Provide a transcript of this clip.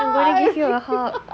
I'm gonna give you a hug